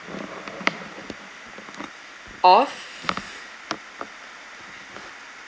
of